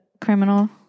criminal